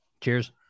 Cheers